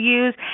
use